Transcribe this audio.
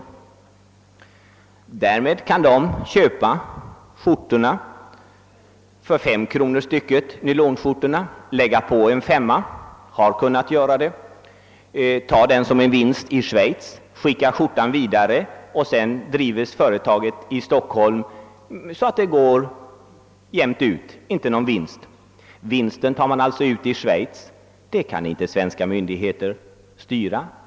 Man kan alltså — det har förekommit — köpa nylonskjortor för 5 kronor stycket, lägga på en femma, ta den som vinst i Schweiz och skicka skjortan vidare till Stockholm, där företaget drivs så att det går jämnt ut och inte ger någon vinst. Vinsten tas alltså ut i Schweiz. Vad som sker där kan inte svenska myndigheter styra.